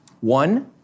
One